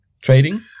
trading